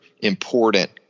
important